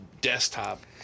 desktop